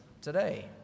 today